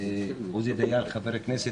עוזי דיין ח"כ,